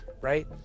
Right